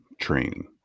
training